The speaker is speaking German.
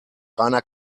reiner